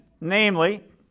Namely